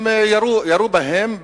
הם ירו בהם,